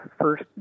first